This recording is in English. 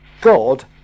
God